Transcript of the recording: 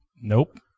Nope